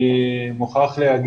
אני מוכרח לומר